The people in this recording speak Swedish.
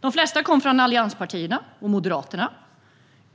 De flesta kom från allianspartierna och Moderaterna.